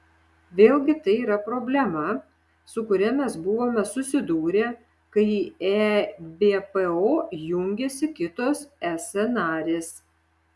vėlgi tai yra problema su kuria mes buvome susidūrę kai į ebpo jungėsi kitos es narės